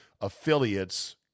affiliates